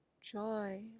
joy